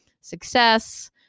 success